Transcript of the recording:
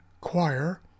choir